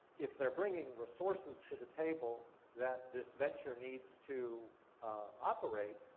if they're bringing resources to the table that this venture needs to operate,